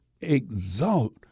exalt